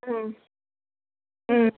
ம் ம்